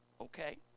Okay